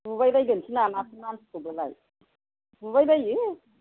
बुबाय बायगोनसो नामासै मानसिखौबोलाय बुबायबायो